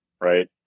right